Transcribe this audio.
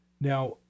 now